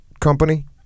company